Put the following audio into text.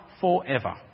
forever